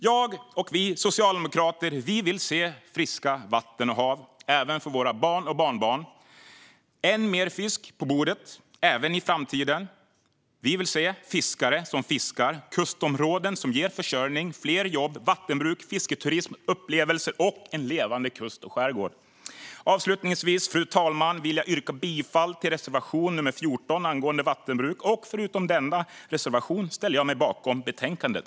Jag och vi socialdemokrater vill se friska vatten och hav även för våra barn och barnbarn, än mer fisk på bordet även i framtiden och fiskare som fiskar. Vi vill se kustområden som ger försörjning, fler jobb, vattenbruk, fisketurism och upplevelser, det vill säga en levande kust och skärgård. Avslutningsvis vill jag, fru talman, yrka bifall till reservation nr 14 angående vattenbruk. Förutom denna reservation ställer jag mig bakom betänkandet.